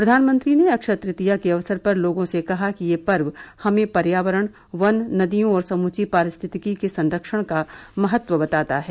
प्रधानमंत्री ने अक्षय तृतीया के अवसर पर लोगों से कहा कि यह पर्व हमें पर्यावरण वन नदियों और समूवी पारिस्थितिकी के संरक्षण का महत्व बताता है